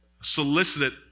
solicit